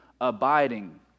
abiding